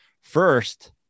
first